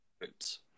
boots